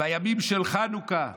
בימים של חנוכה,